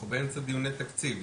אנחנו באמצע דיוני תקציב.